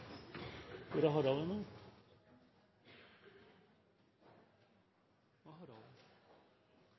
har gjennomgått alle rutinene, men vi har